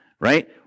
right